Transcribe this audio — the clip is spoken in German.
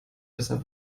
besser